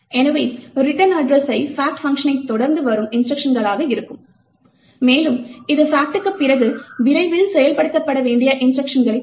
எனவே ரிட்டர்ன் அட்ரெஸ்ஸை fact பங்க்ஷனைத் தொடர்ந்து வரும் இன்ஸ்ட்ருக்ஷனாக இருக்கும் மேலும் இது fact க்குப் பிறகு விரைவில் செயல்படுத்தப்பட வேண்டிய இன்ஸ்ட்ருக்ஷன்களைக் குறிக்கும்